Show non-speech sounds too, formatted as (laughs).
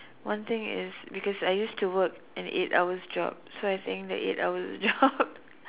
one thing is because I used to work an eight hours job so I think that eight hours job (laughs)